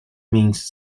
means